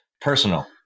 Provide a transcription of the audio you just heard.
personal